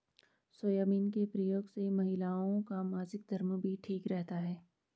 soybean के प्रयोग से महिलाओं का मासिक धर्म भी ठीक रहता है